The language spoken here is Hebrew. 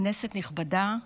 כנסת נכבדה,